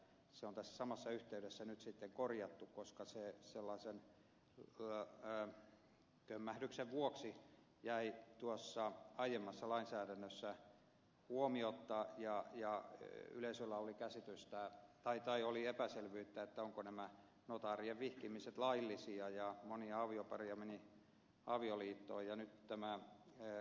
se on tässä samassa yhteydessä nyt sitten korjattu koska kömmähdyksen vuoksi se jäi aiemmassa lainsäädännössä huomiotta ja yleisöllä oli epäselvyyttä ovatko nämä notaarien vihkimiset laillisia kun monia aviopareja meni avioliittoon